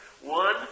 One